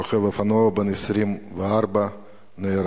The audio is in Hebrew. רוכב אופנוע בן 24 נהרג,